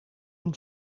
een